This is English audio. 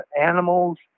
animals